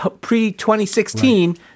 pre-2016